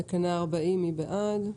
תקנה 40, מי בעד?